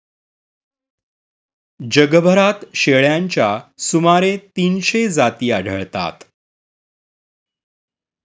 जगभरात शेळ्यांच्या सुमारे तीनशे जाती आढळतात